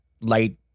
light